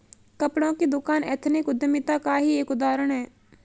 कपड़ों की दुकान एथनिक उद्यमिता का ही एक उदाहरण है